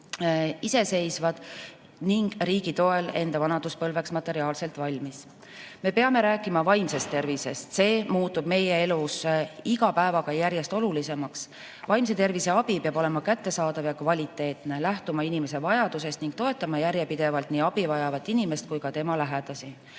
iseseisvad ning riigi toel enda vanaduspõlveks materiaalselt valmis.Me peame rääkima vaimsest tervisest, see muutub meie elus iga päevaga järjest olulisemaks. Vaimse tervise abi peab olema kättesaadav ja kvaliteetne, lähtuma inimese vajadusest ning toetama järjepidevalt nii abi vajavat inimest kui ka tema lähedasi.